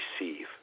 receive